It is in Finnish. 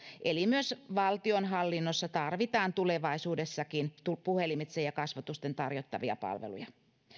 eli myös valtionhallinnossa tarvitaan tulevaisuudessakin puhelimitse ja kasvotusten tarjottavia palveluja